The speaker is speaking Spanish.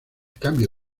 cambio